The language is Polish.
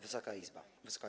Wysoka Izbo!